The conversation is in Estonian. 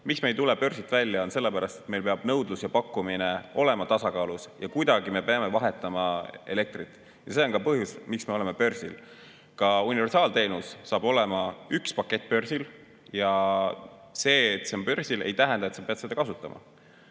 Miks me ei tule börsilt välja? Sellepärast, et meil peab nõudlus ja pakkumine olema tasakaalus ja kuidagi me peame elektrit vahetama. See on ka põhjus, miks me oleme börsil. Ka universaalteenus saab olema üks pakett börsil ja see, et see on börsil, ei tähenda, et sa pead seda kasutama.